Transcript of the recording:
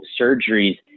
surgeries